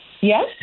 Yes